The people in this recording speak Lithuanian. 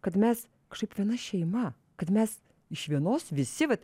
kad mes kažkaip viena šeima kad mes iš vienos visi vat